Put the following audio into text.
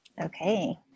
okay